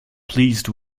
pleased